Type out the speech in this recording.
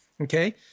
Okay